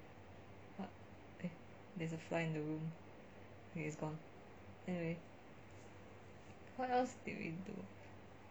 what eh there's a fly in the room okay it's gone anyway what else did we do